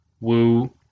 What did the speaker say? Woo